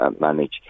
manage